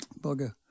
Bugger